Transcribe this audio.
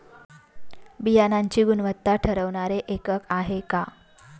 बियाणांची गुणवत्ता ठरवणारे एकक आहे का?